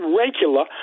regular